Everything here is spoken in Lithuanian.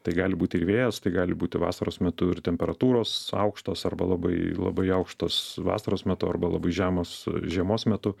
tai gali būti ir vėjas tai gali būti vasaros metu ir temperatūros aukštos arba labai labai aukštos vasaros metu arba labai žemos žiemos metu